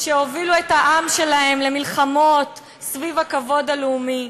הובילו את העם שלהן למלחמות סביב הכבוד הלאומי.